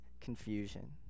confusion